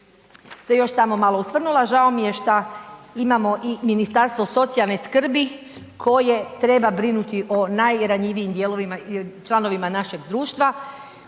se još samo malo osvrnula, žao mi je šta imamo i Ministarstvo socijalne skrbi koje treba brinuti o najranjivijim dijelovima i članovima našeg društva,